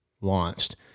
launched